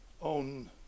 on